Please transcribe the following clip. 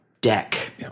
deck